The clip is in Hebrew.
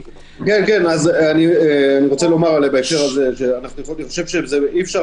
--- אני רוצה לומר בהקשר הזה שאני חושב שאי אפשר